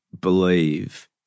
believe